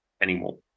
anymore